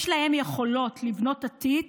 יש להם יכולות לבנות עתיד